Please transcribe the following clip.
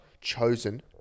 chosen